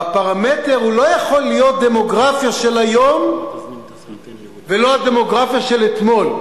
והפרמטר לא יכול להיות דמוגרפיה של היום ולא הדמוגרפיה של אתמול.